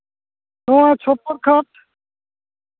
ᱱᱚᱜᱼᱚᱭ ᱪᱷᱚᱯᱯᱚᱨ ᱠᱷᱟᱴ